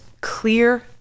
clear